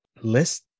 list